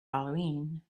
halloween